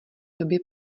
době